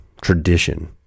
tradition